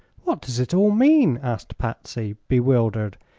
what does it all mean? asked patsy, bewildered,